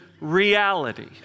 reality